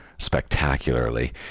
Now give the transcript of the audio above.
spectacularly